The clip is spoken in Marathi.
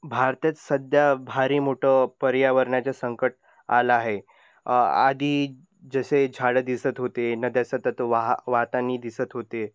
भारतात सध्या भारी मोठं पर्यावरणाचं संकट आलं आहे आधी जसे झाडं दिसत होते न त्यासं तत वाह वातानी दिसत होते